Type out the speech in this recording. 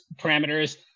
parameters